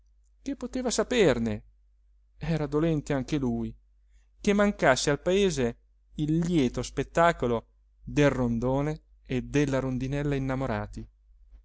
che poteva saperne era dolente anche lui che mancasse al paese il lieto spettacolo del rondone e della rondinella innamorati